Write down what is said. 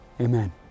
Amen